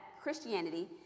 christianity